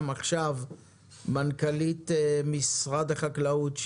עכשיו נשמע את מנכ"לית משרד החקלאות,